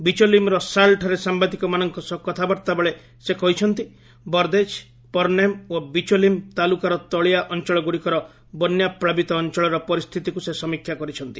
ବିଚୋଲିମ୍ର ସାଲ୍ଠାରେ ସାମ୍ବାଦିକମାନଙ୍କ ସହ କଥାବାର୍ତ୍ତା ବେଳେ ସେ କହିଛନ୍ତି ବରଦେଜ ପରନେମ୍ ଓ ବିଚୋଲିମ୍ ତାଲୁକାର ତଳିଆ ଅଞ୍ଚଳଗୁଡ଼ିକର ବନ୍ୟାପ୍ଲାବିତ ଅଞ୍ଚଳର ପରିସ୍ଥିତିକୁ ସେ ସମୀକ୍ଷା କରିଛନ୍ତି